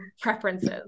preferences